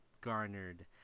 garnered